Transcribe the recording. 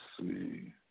see